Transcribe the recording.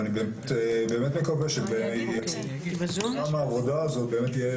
אני באמת מקווה שגם העבודה הזאת באמת תהיה